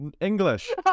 English